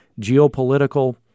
geopolitical